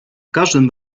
każdym